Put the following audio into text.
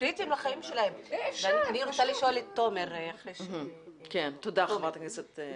תודה, חברת הכנסת יאסין.